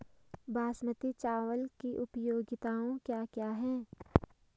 बासमती चावल की उपयोगिताओं क्या क्या हैं?